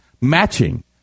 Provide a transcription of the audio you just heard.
matching